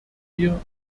wir